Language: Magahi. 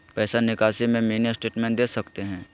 पैसा निकासी में मिनी स्टेटमेंट दे सकते हैं?